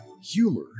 Humor